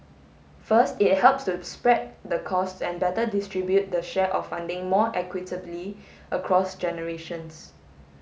first it helps to spread the costs and better distribute the share of funding more equitably across generations